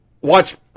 Watch